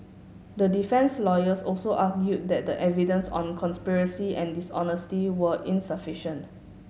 the defence lawyers also argued that the evidence on conspiracy and dishonesty were insufficient